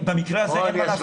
במקרה הזה אין מה לעשות.